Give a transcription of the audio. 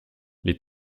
les